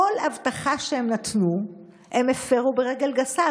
כל הבטחה שהם נתנו הם הפרו ברגל גסה.